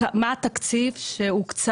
בשנת 2017 הייתה הוועדה הבין-משרדית שהוציאה